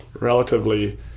relatively